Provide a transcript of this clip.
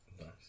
Nice